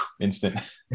instant